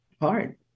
hard